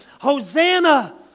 Hosanna